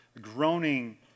Groaning